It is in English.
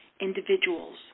individuals